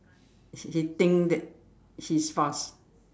he think that he's fast